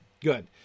good